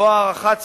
ובו הערכת סיכון,